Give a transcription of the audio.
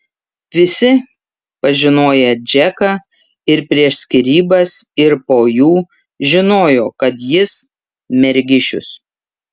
visi pažinoję džeką ir prieš skyrybas ir po jų žinojo kad jis mergišius